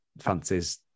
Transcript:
fancies